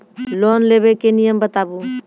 Loan लेबे के नियम बताबू?